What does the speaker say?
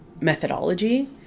methodology